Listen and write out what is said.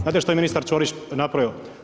Znate šta je ministar Ćorić napravio?